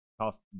cost